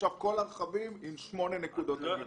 עכשיו כל הרכבים עם שמונה נקודות עגינה.